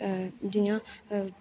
जियां